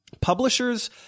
Publishers